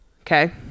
Okay